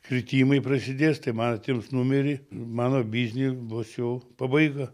kritimai prasidės tai man atims numerį mano bizniui bus jau pabaiga